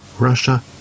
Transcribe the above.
Russia